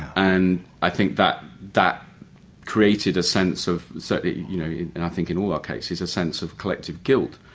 and i think that that created a sense of certainly you know and i think in all our cases a sense of collective guilt.